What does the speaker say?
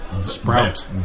Sprout